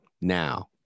now